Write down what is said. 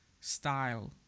style